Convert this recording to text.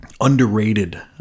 underrated